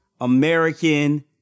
American